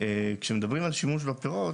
כשמדברים על שימוש בפירות,